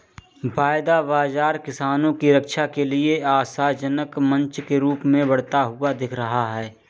वायदा बाजार किसानों की रक्षा के लिए आशाजनक मंच के रूप में बढ़ता हुआ दिख रहा है